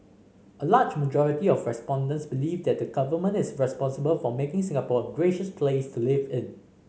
a large majority of respondents believe that the Government is responsible for making Singapore a gracious place to live in